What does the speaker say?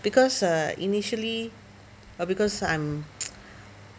because uh initially uh because I'm